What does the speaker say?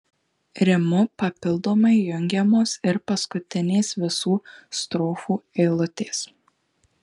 rimu papildomai jungiamos ir paskutinės visų strofų eilutės